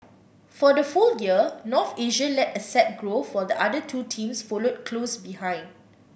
for the full year North Asia led asset growth while the other two teams followed close behind